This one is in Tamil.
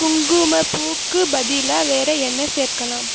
குங்குமப்பூவுக்கு பதிலாக வேற என்ன சேர்க்கலாம்